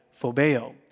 phobeo